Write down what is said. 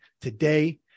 today